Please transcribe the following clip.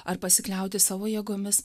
ar pasikliauti savo jėgomis